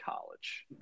College